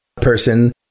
person